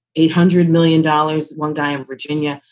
eight hundred million dollars. one guy in virginia,